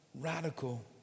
radical